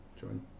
join